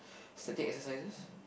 static exercises